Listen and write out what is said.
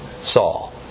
Saul